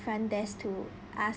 front desk to ask